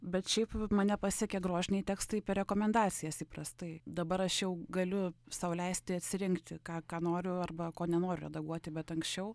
bet šiaip mane pasiekia grožiniai tekstai per rekomendacijas įprastai dabar aš jau galiu sau leisti atsirinkti ką ką noriu arba ko nenoriu redaguoti bet anksčiau